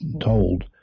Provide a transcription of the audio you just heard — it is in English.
told